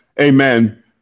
Amen